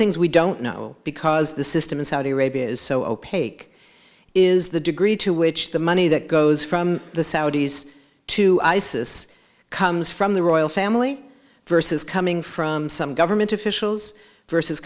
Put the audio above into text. things we don't know because the system in saudi arabia is so opaque is the degree to which the money that goes from the saudis to isis comes from the royal family versus coming from some government officials versus